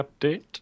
update